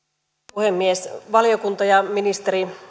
puhemies valiokunta ja ministeri